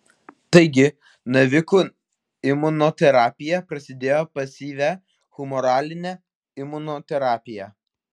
taigi navikų imunoterapija prasidėjo pasyvia humoraline imunoterapija